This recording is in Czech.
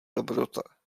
dobrota